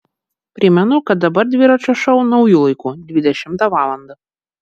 primenu kad dabar dviračio šou nauju laiku dvidešimtą valandą